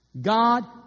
God